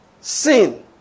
sin